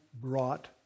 brought